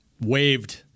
waved